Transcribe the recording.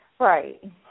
Right